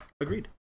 Agreed